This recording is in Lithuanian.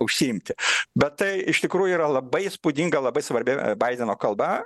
užsiimti bet tai iš tikrųjų yra labai įspūdinga labai svarbi baideno kalba